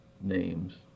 names